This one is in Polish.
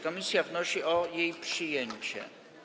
Komisja wnosi o jej przyjęcie.